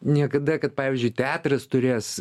niekada kad pavyzdžiui teatras turės